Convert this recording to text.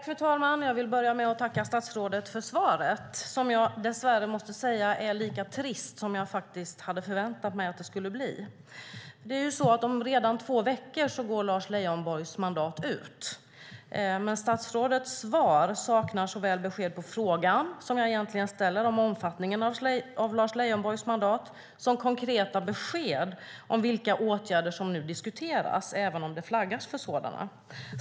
Fru talman! Jag vill börja med att tacka statsrådet för svaret som jag dess värre måste säga är lite trist, vilket jag hade förväntat mig att det skulle bli. Lars Leijonborgs mandat går ut redan om två veckor, men statsrådets svar saknar såväl besked om frågan jag ställer om omfattningen av Lars Leijonborgs mandat som konkreta besked om vilka åtgärder som nu diskuteras, även om det flaggas för sådana.